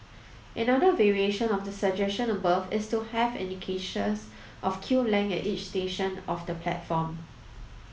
another variation of the suggestion above is to have indicators of queue lengths at each section of the platform